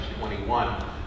21